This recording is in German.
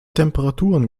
temperaturen